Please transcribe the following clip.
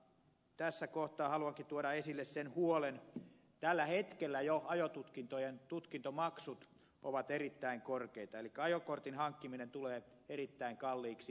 tässä kohtaa haluankin tuoda esille sen huolen että tällä hetkellä jo ajotutkintojen tutkintomaksut ovat erittäin korkeita elikkä ajokortin hankkiminen tulee erittäin kalliiksi